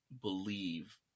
Believe